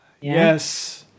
yes